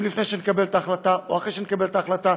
אם לפני שנקבל את ההחלטה ואם אחרי שנקבל את ההחלטה.